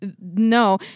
No